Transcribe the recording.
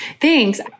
Thanks